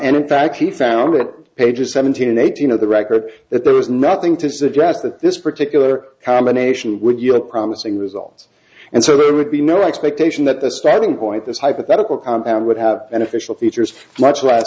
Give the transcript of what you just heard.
and in fact he found a page or seventeen eighteen of the record that there was nothing to suggest that this particular combination would you look promising results and so there would be no expectation that the starting point this hypothetical compound would have an official features much le